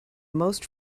most